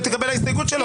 תתקבל ההסתייגות שלו.